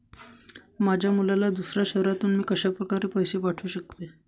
माझ्या मुलाला दुसऱ्या शहरातून मी कशाप्रकारे पैसे पाठवू शकते?